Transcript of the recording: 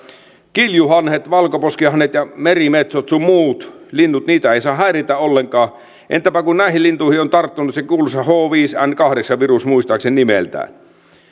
kiljuhanhia valkoposkihanhia ja merimetsoja sun muita lintuja ei saa häiritä ollenkaan entäpä kun näihin lintuihin on tarttunut se kuuluisa h viisi n kahdeksan virus muistaakseni nimeltään